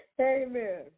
Amen